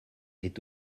est